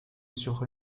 sur